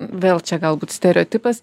vėl čia galbūt stereotipas